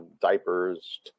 diapers